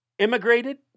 Immigrated